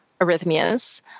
arrhythmias